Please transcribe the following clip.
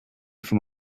for